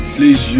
Please